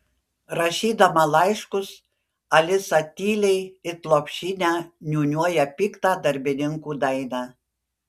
rašydama laiškus alisa tyliai it lopšinę niūniuoja piktą darbininkų dainą